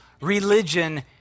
religion